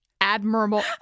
admirable